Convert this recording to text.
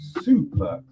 super